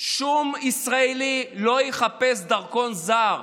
שום ישראלי לא יחפש דרכון זר,